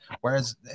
Whereas